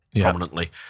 prominently